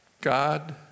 God